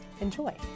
Enjoy